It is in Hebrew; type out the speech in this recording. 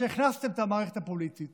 שהכנסתם את המערכת הפוליטית